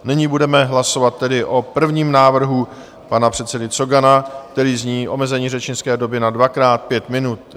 Nyní budeme hlasovat tedy o prvním návrhu pana předsedy Cogana, který zní: omezení řečnické doby na dvakrát 5 minut.